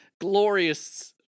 glorious